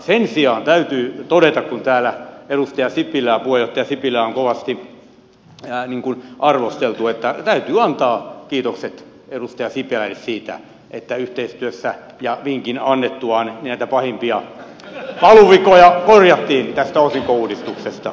sen sijaan täytyy todeta kun täällä puheenjohtaja sipilää on kovasti arvosteltu että täytyy antaa kiitokset edustaja sipilälle siitä että yhteistyössä ja vinkin annettuaan näitä pahimpia valuvikoja korjattiin tästä osinkouudistuksesta